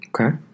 Okay